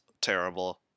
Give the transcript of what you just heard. terrible